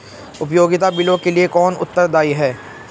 उपयोगिता बिलों के लिए कौन उत्तरदायी है?